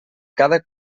cada